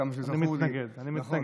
נכון, אני מתנגד.